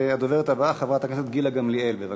והדוברת הבאה, חברת הכנסת גילה גמליאל, בבקשה.